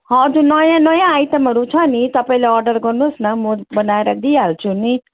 हजुर नयाँ नयाँ आइटमहरू छ नि त पहिला अर्डर गर्नुहोस् न म बनाएर दिइहाल्छु नि